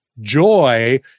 joy